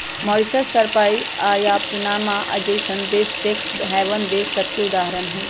Mauritius, Cyprus आऽ Panama जइसन्न देश टैक्स हैवन देश सभके उदाहरण हइ